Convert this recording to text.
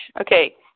Okay